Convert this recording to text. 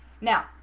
Now